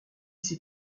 ces